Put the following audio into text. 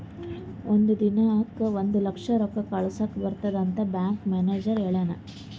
ಒಂದ್ ದಿನಕ್ ಒಂದ್ ಲಕ್ಷ ರೊಕ್ಕಾ ಕಳುಸ್ಲಕ್ ಬರ್ತುದ್ ಅಂತ್ ಬ್ಯಾಂಕ್ ಮ್ಯಾನೇಜರ್ ಹೆಳುನ್